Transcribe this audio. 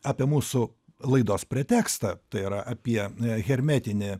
apie mūsų laidos pretekstą tai yra apie hermetinį